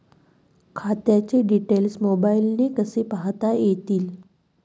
खात्याचे डिटेल्स मोबाईलने कसे पाहता येतील?